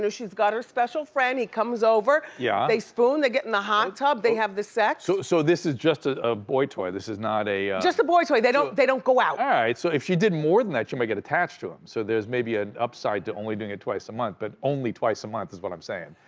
she's got her special friend, he comes over. yeah they spoon, they get in the hot tub, they have the sex. so this is just a a boy toy, this is not a. just a boy toy, they don't they don't go out. all right, so if she did more than that she might get attached to him, so there's maybe an upside to only doing it twice a month, but only twice a month is what i'm saying.